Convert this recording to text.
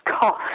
cost